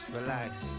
Relax